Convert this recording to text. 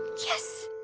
yes.